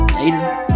Later